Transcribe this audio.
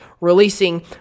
releasing